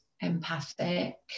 empathic